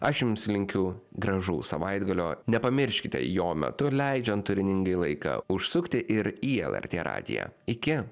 aš jums linkiu gražaus savaitgalio nepamirškite jo metu leidžiant turiningai laiką užsukti ir į lrt radiją iki